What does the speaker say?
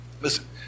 Listen